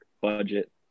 budget